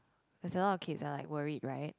there's a lot of kids are like worried right